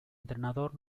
entrenador